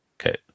Okay